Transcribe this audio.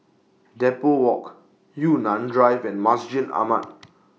Depot Walk Yunnan Drive and Masjid Ahmad